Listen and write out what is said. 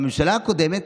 בממשלה הקודמת,